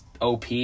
op